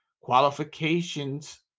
qualifications